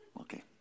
okay